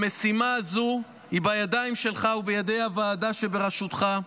המשימה הזו בידיים שלך ובידי הוועדה שבראשותך.